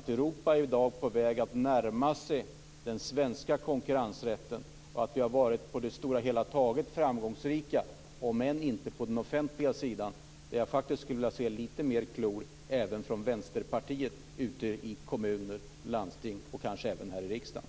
Europa är i dag på väg att närma sig den svenska konkurrensrätten. Vi har på det stora taget varit framgångsrika, om än inte på den offentliga sidan. Där skulle jag vilja se lite vassare klor även från Vänsterpartiet ute i kommuner och landsting och kanske även i riksdagen.